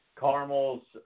Caramels